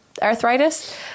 arthritis